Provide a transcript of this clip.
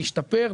להשתפר,